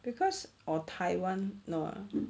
cause or taiwan no ah